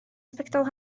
sbectol